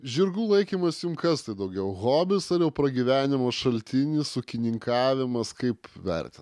žirgų laikymas jum kas tai daugiau hobis ar jau pragyvenimo šaltinis ūkininkavimas kaip verti